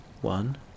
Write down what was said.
One